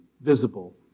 visible